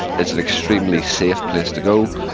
it's an extremely safe place to go.